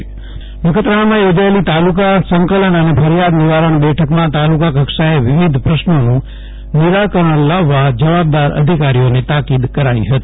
જયદીપ વૈશ્નવ નખત્રાણા સકલન બેઠ નખત્રાણામાં ચોજાયેલી તાલુકા સંકલન અને ફરીયાદ નિવારણ બેઠકમાં તાલુકા કક્ષાએ વિવિધ પ્રશ્નોનું નિરાકરણ લાવવા જવાબદાર અધિકારીઓને તાકીદ કરાઇ હતી